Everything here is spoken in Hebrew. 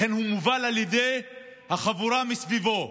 לכן הוא מובל על ידי החבורה מסביבו,